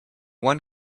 one